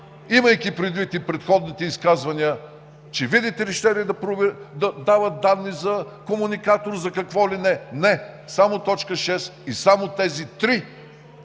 имайки предвид и предходните изказвания, че, видите ли, щели да дават данни за комуникатор, за какво ли не. Не, само т. 6 и само тези три